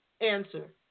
answer